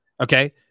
okay